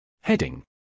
Heading